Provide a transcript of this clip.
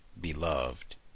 beloved